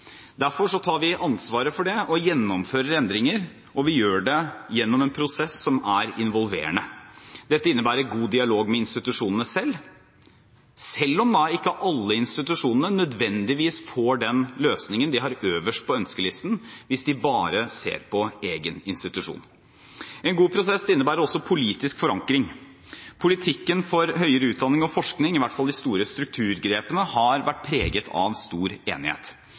Derfor tar vi ansvaret for det og gjennomfører endringer, og vi gjør det gjennom en prosess som er involverende. Dette innebærer god dialog med institusjonene selv, selv om ikke alle institusjonene nødvendigvis får den løsningen de har øverst på ønskelisten hvis de bare ser på egen institusjon. En god prosess innebærer også politisk forankring. Politikken for høyere utdanning og forskning, i hvert fall de store strukturgrepene, har vært preget av stor enighet.